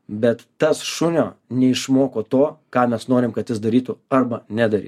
bet tas šunio neišmoko to ką mes norim kad jis darytų arba nedary